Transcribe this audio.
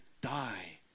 die